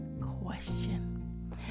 question